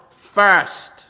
first